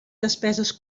despeses